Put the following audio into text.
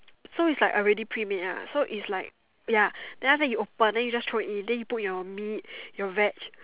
so it's like already pre made ah so it's like ya then after that you open then you just throw it in then you put your meat your veg